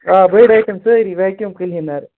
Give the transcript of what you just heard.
آ بٔڑۍ آیٹم سٲری وٮ۪کیوٗم کٕلیٖنَر